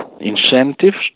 incentives